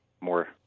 more